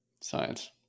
Science